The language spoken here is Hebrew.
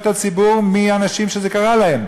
לפניות הציבור מאנשים שזה קרה להם.